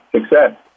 success